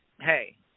hey